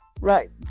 Right